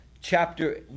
chapter